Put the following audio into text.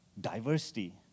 diversity